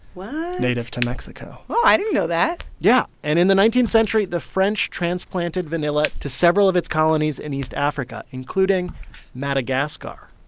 what. native to mexico oh, i didn't know that yeah. and in the nineteenth century, the french transplanted vanilla to several of its colonies in east africa, including madagascar,